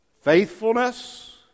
Faithfulness